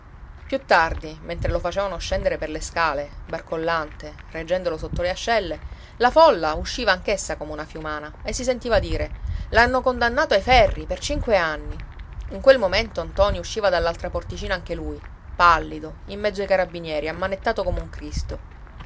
più tardi mentre lo facevano scendere per le scale barcollante reggendolo sotto le ascelle la folla usciva anch'essa come una fiumana e si sentiva dire l'hanno condannato ai ferri per cinque anni in quel momento ntoni usciva dall'altra porticina anche lui pallido in mezzo ai carabinieri ammanettato come un cristo